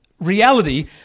reality